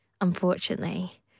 unfortunately